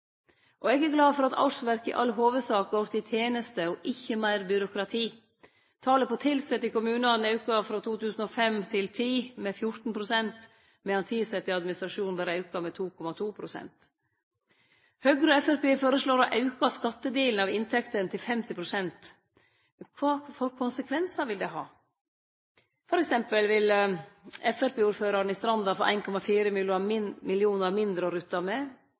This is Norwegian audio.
Og eg er glad for at årsverka i all hovudsak går til tenester og ikkje meir byråkrati. Talet på tilsette i kommunane auka frå 2005 til 2010 med 14 pst., medan tilsette i administrasjonen berre auka med 2,2 pst. Høgre og Framstegspartiet føreslår å auke skattedelen av inntektene til 50 pst. Kva for konsekvensar vil det ha? Til dømes vil framstegspartiordføraren i Stranda få 1,4 mill. kr mindre å rutte med.